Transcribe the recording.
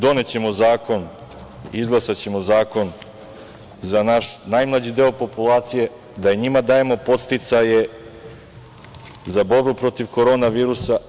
Donećemo zakon, izglasaćemo zakon za naš najmlađi deo populacije, da njima dajemo podsticaje za borbu protiv korona virusa.